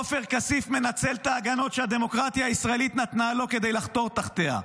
עופר כסיף מנצל את ההגנות שהדמוקרטיה הישראלית נתנה לו כדי לחתור תחתיה.